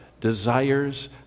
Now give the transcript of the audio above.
desires